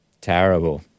Terrible